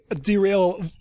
derail